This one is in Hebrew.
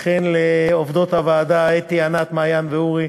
וכן לעובדות הוועדה אתי, ענת, מעיין ואורי.